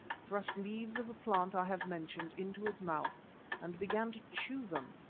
thrust leaves of the plant i have mentioned into his mouth and began to chew them,